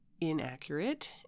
inaccurate